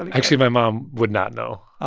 and actually, my mom would not know,